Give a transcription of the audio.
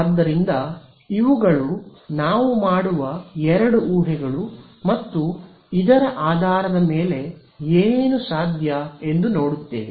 ಆದ್ದರಿಂದ ಇವುಗಳು ನಾವು ಮಾಡುವ ಎರಡು ಊಹೆಗಳು ಮತ್ತು ಇದರ ಆಧಾರದ ಮೇಲೆ ಏನೇನು ಸಾಧ್ಯ ಎಂದು ನೋಡುತ್ತೇವೆ